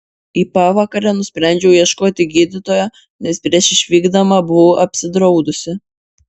į pavakarę nusprendžiau ieškoti gydytojo nes prieš išvykdama buvau apsidraudusi